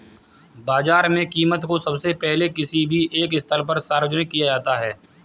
बाजार में कीमत को सबसे पहले किसी भी एक स्थल पर सार्वजनिक किया जाता है